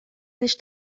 nicht